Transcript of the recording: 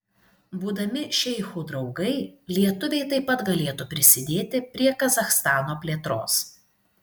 būdami šeichų draugai lietuviai taip pat galėtų prisidėti prie kazachstano plėtros